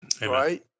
Right